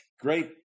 great